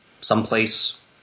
someplace